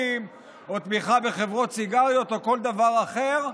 או תמיכה בחברות סיגריות או כל דבר אחר,